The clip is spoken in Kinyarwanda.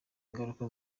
ingaruka